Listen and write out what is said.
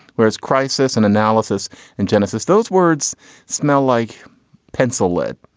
whereas crisis and analysis in genesis, those words smell like pencil lit.